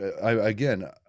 again